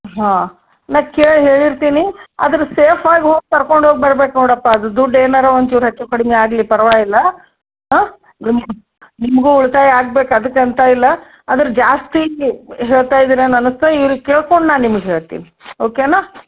ಹಾಂ ನಾ ಕೇಳಿ ಹೇಳಿರ್ತೀನಿ ಆದ್ರೆ ಸೇಫ್ ಆಗಿ ಹೋಗಿ ಕರ್ಕೊಂಡು ಹೋಗಿ ಬರ್ಬೇಕು ನೋಡಪ್ಪ ಅದು ದುಡ್ಡು ಏನಾರೂ ಒಂಚೂರು ಹೆಚ್ಚೂಕಡಿಮೆ ಆಗಲಿ ಪರ್ವಾಗಿಲ್ಲ ಹಾಂ ನಿಮ್ಮ ನಿಮಗೂ ಉಳಿತಾಯ ಆಗ್ಬೇಕು ಅದಕ್ಕೆ ಅಂತಾ ಇಲ್ಲ ಆದ್ರೆ ಜಾಸ್ತಿ ಹೇಳ್ತ ಇದೀರೇನೂ ಅನಸ್ತು ಇವ್ರಿಗೆ ಕೇಳ್ಕೊಂಡು ನಾನು ನಿಮ್ಗೆ ಹೇಳ್ತೀನಿ ಓಕೆನಾ